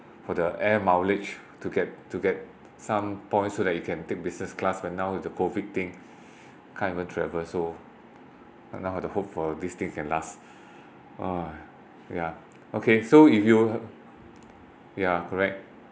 for the air mileage to get to get some points so that you can take business class but now it's the COVID thing can't even travel so for now have to hope for this thing can last uh ya okay so if you ya correct